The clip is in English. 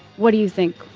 what do you think?